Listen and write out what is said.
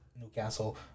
Newcastle